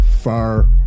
far